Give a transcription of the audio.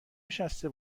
نشسته